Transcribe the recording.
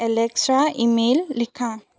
Alexa email লিখা